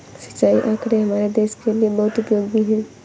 सिंचाई आंकड़े हमारे देश के लिए बहुत उपयोगी है